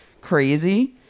crazy